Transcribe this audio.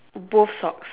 both socks